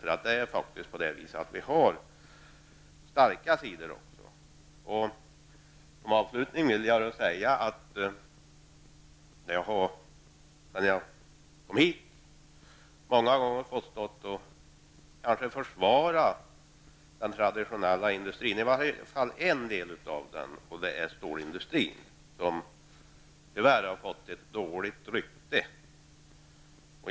Vi har faktiskt också starka sidor. Som avslutning vill jag säga att jag, sedan jag kom hit, många gånger har fått stå och försvara den traditionella industrin -- i varje fall en del av den, nämligen stålindustrin, som tyvärr har fått ett dåligt rykte.